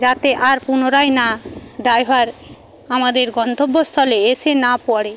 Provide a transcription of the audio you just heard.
যাতে আর পুনরায় না ড্রাইভার আমাদের গন্তব্যস্থলে এসে না পড়ে